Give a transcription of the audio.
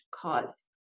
cause